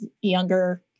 younger